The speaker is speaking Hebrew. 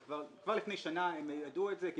כבר לפני שנה הם ידעו את זה.